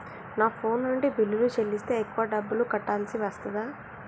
నా ఫోన్ నుండి బిల్లులు చెల్లిస్తే ఎక్కువ డబ్బులు కట్టాల్సి వస్తదా?